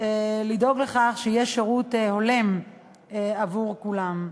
לדאוג לכך שיהיה שירות הולם עבור כולם.